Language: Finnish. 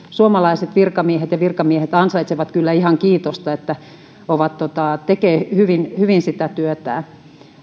suomalaiset virkamiehet ansaitsevat kyllä ihan kiitosta että he tekevät hyvin hyvin sitä työtään